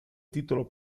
titolo